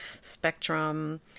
spectrum